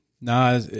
No